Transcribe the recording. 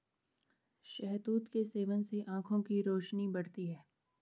शहतूत के सेवन से आंखों की रोशनी बढ़ती है